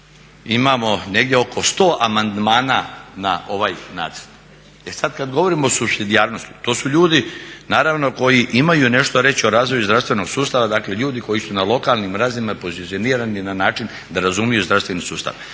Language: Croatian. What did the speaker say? imamo negdje oko 100 amandmana na ovaj nacrt. E sad kad govorimo o supsidijarnosti to su ljudi naravno koji imaju nešto reći o razvoju zdravstvenog sustava, dakle ljudi koji su na lokalnim razinama pozicionirani na način da razumiju zdravstveni sustav.